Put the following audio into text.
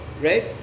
right